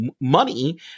money